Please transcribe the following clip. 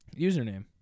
Username